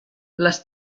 les